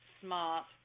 smart